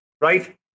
right